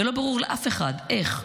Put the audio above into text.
ולא ברור לאף אחד איך,